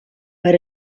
per